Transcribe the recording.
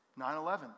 9-11